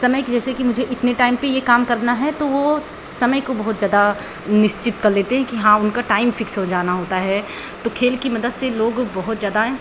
समय कि जैसे कि मुझे इतने टाइम पर यह काम करना है तो वह समय को बहुत ज़्यादा निश्चित कर लेते हैं कि हाँ उनका टाइम फिक्स हो जाना होता है तो खेल की मदड़ से लोग बहुत ज़्यादा